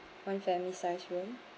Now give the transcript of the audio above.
one family size room